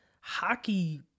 hockey